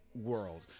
world